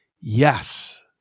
yes